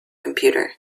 computer